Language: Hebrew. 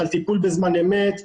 על טיפול בזמן אמת,